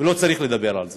ולא צריך לדבר על זה.